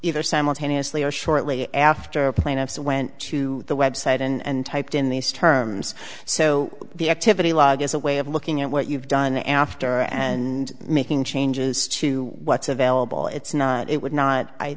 either simultaneously or shortly after plaintiffs went to the website and typed in these terms so the activity log is a way of looking at what you've done after and making changes to what's available it's not it would not i